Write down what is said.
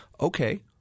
okay